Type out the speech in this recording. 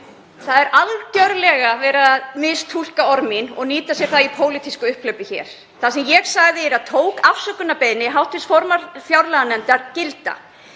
Það er algerlega verið að mistúlka orð mín og nýta sér það í pólitísku upphlaupi hér. Það sem ég sagði var að ég tæki afsökunarbeiðni hv. formanns fjárlaganefndar gilda.